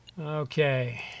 Okay